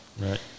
right